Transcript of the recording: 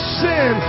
sin